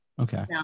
Okay